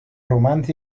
romans